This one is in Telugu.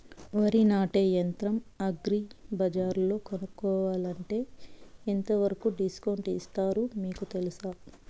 వరి నాటే యంత్రం అగ్రి బజార్లో కొనుక్కోవాలంటే ఎంతవరకు డిస్కౌంట్ ఇస్తారు మీకు తెలుసా?